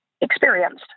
experienced